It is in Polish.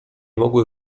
mogły